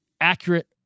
accurate